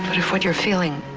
if what you're feeling